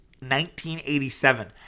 1987